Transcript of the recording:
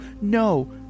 no